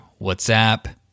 WhatsApp